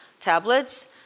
tablets